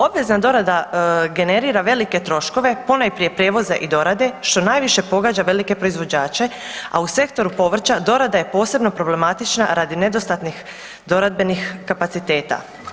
Obvezna dorada generira velike troškove, ponajprije prijevoza i dorade, što najviše pogađa velike proizvođače a u sektoru povrća, dorada je posebno problematična radi nedostatnih doradbenih kapaciteta.